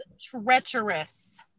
treacherous